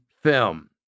film